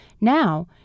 Now